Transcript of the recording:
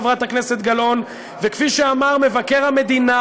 חברת הכנסת גלאון, וכפי שאמר מבקר המדינה